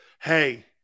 Hey